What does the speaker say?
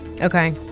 Okay